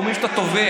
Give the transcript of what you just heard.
אומרים שאתה תובע.